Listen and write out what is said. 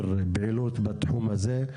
אני באמת פחות מכיר את הסוגיה הזאת.